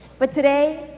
but today,